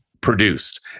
produced